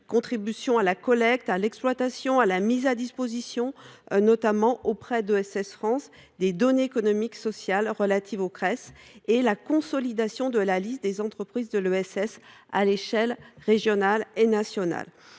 contribution à la collecte, à l’exploitation et à la mise à disposition, notamment auprès d’ESS France, des données économiques et sociales relatives aux Cress, ainsi que la consolidation de la liste des entreprises de l’ESS à l’échelle régionale et nationale.